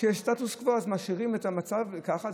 כשיש סטטוס קוו אז משאירים את המצב ככה.